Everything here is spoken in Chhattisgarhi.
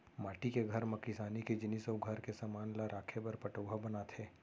माटी के घर म किसानी के जिनिस अउ घर के समान ल राखे बर पटउहॉं बनाथे